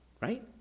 right